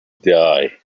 die